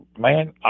man